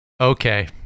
Okay